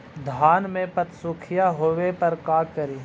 धान मे पत्सुखीया होबे पर का करि?